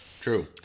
True